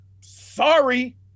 Sorry